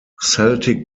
celtic